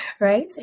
right